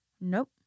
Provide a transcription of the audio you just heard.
Nope